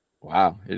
Wow